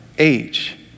age